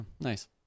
Nice